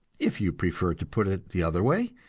if you prefer to put it the other way,